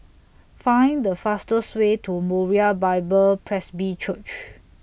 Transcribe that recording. Find The fastest Way to Moriah Bible Presby Church